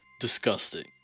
Disgusting